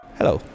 Hello